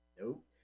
Nope